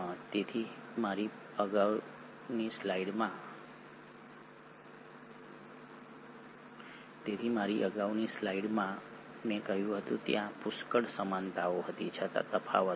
તેથી મારી અગાઉની સ્લાઇડમાં મેં કહ્યું હતું કે ત્યાં પુષ્કળ સમાનતાઓ હતી છતાં તફાવતો છે